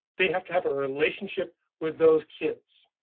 they have to have a relationship with those kids.